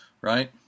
right